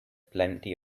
plenty